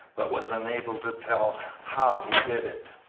but was unable to tell how he did it.